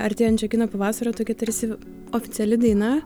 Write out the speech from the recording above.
artėjančio kino pavasario tokia tarsi oficiali daina